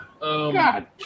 God